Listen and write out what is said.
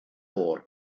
oer